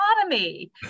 economy